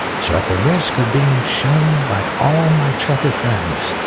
so at the risk of being shunned by all my trucker friends,